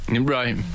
Right